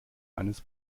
eines